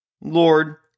Lord